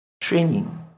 Training